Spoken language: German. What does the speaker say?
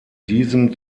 diesen